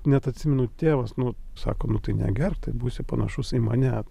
net atsimenu tėvas sako nu tai negerk tai būsi panašus į mane